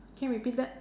can you repeat that